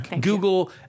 Google